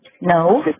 No